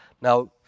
Now